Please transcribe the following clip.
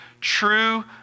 True